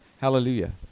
Hallelujah